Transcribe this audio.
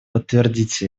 подтвердить